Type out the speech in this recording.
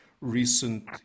recent